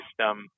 system